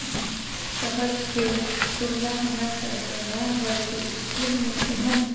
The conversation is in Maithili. शहरके तुलना हमरा सबके गाँव घरके इसकुलमे एहन